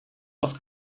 aus